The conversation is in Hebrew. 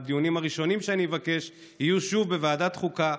הדיונים הראשונים שאני אבקש יהיו שוב בוועדת החוקה,